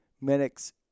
medics